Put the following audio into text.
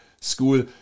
school